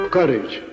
Courage